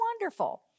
wonderful